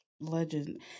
Legend